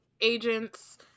Agents